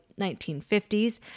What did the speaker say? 1950s